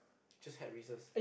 just had Reeses